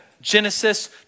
Genesis